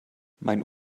mein